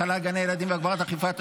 החלה על גני ילדים והגברת האכיפה),